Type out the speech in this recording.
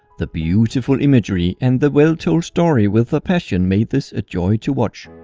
the beautiful imagery and the well-told story with a passion made this a joy to watch.